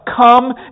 come